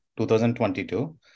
2022